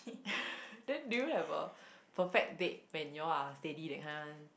then do you have a perfect date when you all are steady that kind one